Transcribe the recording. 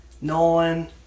Nolan